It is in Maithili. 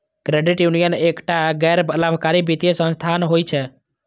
क्रेडिट यूनियन एकटा गैर लाभकारी वित्तीय संस्थान होइ छै